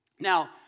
Now